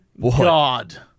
God